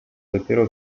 dopiero